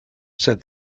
said